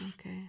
Okay